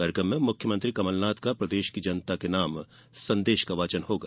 कार्यक्रम में मुख्यमंत्री कमल नाथ का प्रदेश की जनता के नाम संदेश का वाचन होगा